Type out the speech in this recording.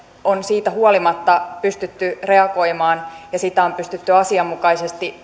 on siitä huolimatta pystytty reagoimaan ja sitä on pystytty asianmukaisesti